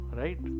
right